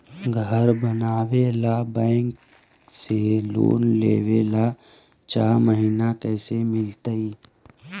घर बनावे ल बैंक से लोन लेवे ल चाह महिना कैसे मिलतई?